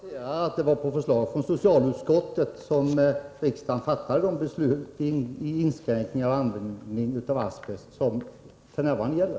Herr talman! Jag konstaterar bara att det var på förslag från socialutskottet som riksdagen fattade det beslut om inskränkningar i användningen av asbest som f.n. gäller.